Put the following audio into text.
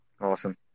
Awesome